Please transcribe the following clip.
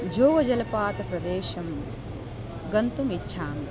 जोगजलपातप्रदेशं गन्तुम् इच्छामि